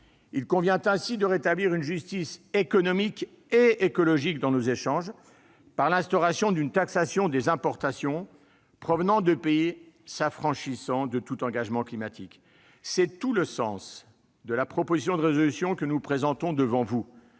Il convient ainsi de rétablir une justice économique et écologique dans nos échanges, par l'instauration d'une taxation des importations provenant de pays s'affranchissant de tout engagement climatique. C'est tout le sens de la proposition de résolution que nous présentons devant vous,